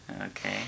okay